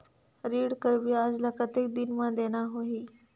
ऋण कर ब्याज ला कतेक दिन मे देना होही?